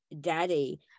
daddy